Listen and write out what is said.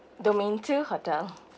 domain two hotel